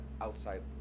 outside